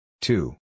Two